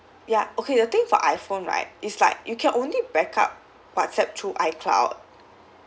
ya okay the thing for I_phone right is like you can only backup WhatsApp through I_cloud